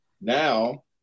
now